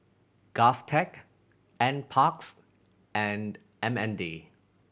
GovTech Nparks and M N D